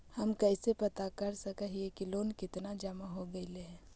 हम कैसे पता कर सक हिय की लोन कितना जमा हो गइले हैं?